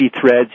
threads